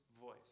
voice